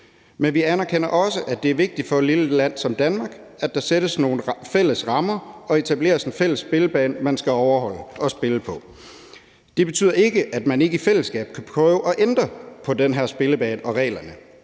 Men vi anerkender også, at det er vigtigt for et lille land som Danmark, at der sættes nogle fælles rammer og etableres en fælles spillebane, som man skal overholde og spille på. Det betyder ikke, at man ikke i fællesskab kan prøve at ændre på den her spillebane og reglerne,